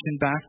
back